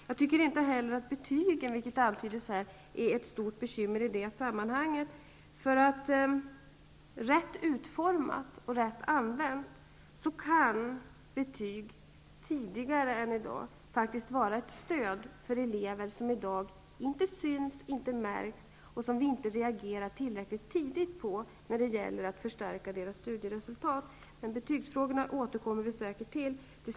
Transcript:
Jag tycker inte heller att betygen är ett stort bekymmer, vilket antyddes här. Rätt utformade och rätt använda kan betyg tidigare än i dag faktiskt vara ett stöd för elever som i dag inte syns och inte märks och som vi inte reagerar tillräckligt tidigt på så att vi kan förstärka deras studieresultat. Vi kommer säkert att återkomma till betygsfrågorna.